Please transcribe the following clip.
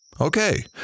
Okay